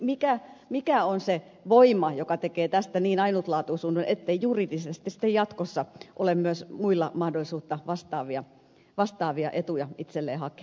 eli mikä on se voima joka tekee tästä niin ainutlaatuisen ettei juridisesti sitten jatkossa ole myös muilla mahdollisuutta vastaavia etuja itselleen hakea